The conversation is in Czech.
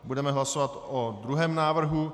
Budeme hlasovat o druhém návrhu.